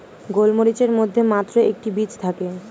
গোলমরিচের মধ্যে মাত্র একটি বীজ থাকে